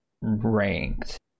ranked